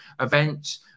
events